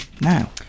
now